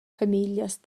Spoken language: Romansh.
famiglias